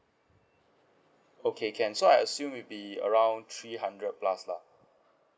okay can so I assume will be around three hundred plus lah